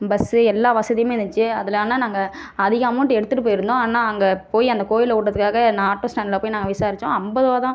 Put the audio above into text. bus எல்லா வசதியுமே இருந்துச்சு அதில் ஆனால் நாங்கள் அதிக அமௌண்ட் எடுத்துட்டுப் போயிருந்தோம் ஆனால் அங்கே போய் அந்த கோயிலில் விடுறதுக்காக நான் ஆட்டோ ஸ்டாண்டில் போய் நாங்கள் விசாரித்தோம் ஐம்பது ருபா தான்